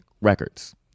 records